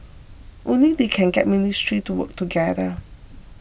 only they can get ministries to work together